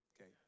Okay